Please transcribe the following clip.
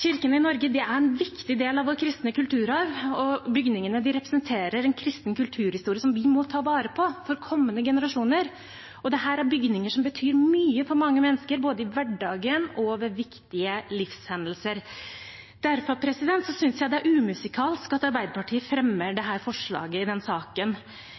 Kirkene i Norge er en viktig del av vår kristne kulturarv, og bygningene representerer en kristen kulturhistorie som vi må ta vare på for kommende generasjoner. Dette er bygninger som betyr mye for mange mennesker både i hverdagen og ved viktige livshendelser. Derfor synes jeg det er umusikalsk at Arbeiderpartiet fremmer dette forslaget i denne saken.